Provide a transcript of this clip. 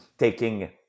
taking